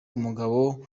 umugabo